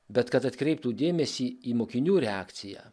bet kad atkreiptų dėmesį į mokinių reakciją